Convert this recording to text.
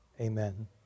Amen